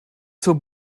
zur